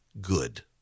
Good